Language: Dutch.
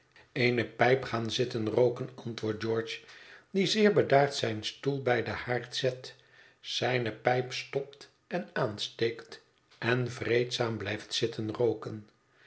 eene pijp gaan zitten rooken antwoordt george die zeer bedaard zijn stoel bij den haard zet zijne pijp stopt en aansteekt en vreedzaam blijft zitten rooken